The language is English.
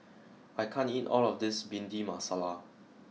I can't eat all of this Bhindi Masala